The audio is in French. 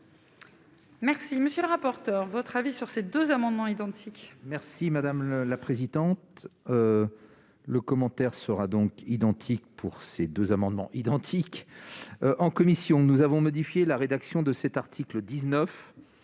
Merci, monsieur le rapporteur, votre avis sur ces deux amendements identiques. Merci madame la présidente, le commentaire sera donc identique pour ces 2 amendements identiques en commission, nous avons modifié la rédaction de cet article 19